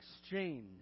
exchange